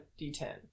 d10